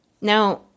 Now